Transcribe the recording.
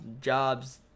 jobs